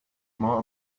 more